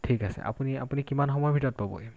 ঠিক আছে আপুনি আপুনি কিমান সময়ৰ ভিতৰত পাবহি